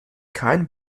kein